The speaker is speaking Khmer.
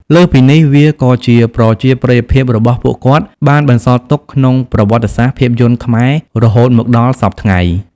លើសពីនេះ វាក៏ជាប្រជាប្រិយភាពរបស់ពួកគាត់បានបន្សល់ទុកក្នុងប្រវត្តិសាស្ត្រភាពយន្តខ្មែររហូតមកដល់សព្វថ្ងៃ។